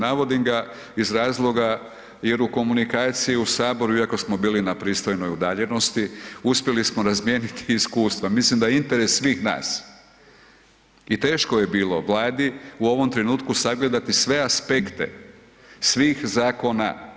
Navodim ga iz razloga jer u komunikaciji u Saboru iako smo bili na pristojnoj udaljenosti, uspjeli smo razmijeniti iskustva, mislim da je interes svih nas i teško je bilo Vladi u ovom trenutku sagledati sve aspekte svih zakona.